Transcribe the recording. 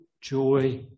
joy